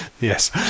Yes